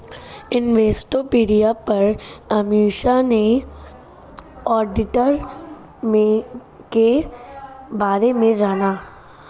Investopedia पर अमीषा ने auditor के बारे में जाना